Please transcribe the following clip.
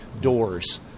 doors